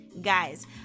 Guys